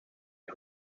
who